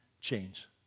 change